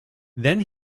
then